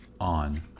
on